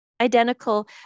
Identical